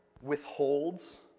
withholds